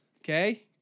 Okay